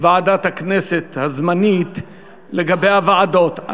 ועדת הכנסת הזמנית לגבי הוועדות.